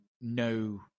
no